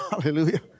Hallelujah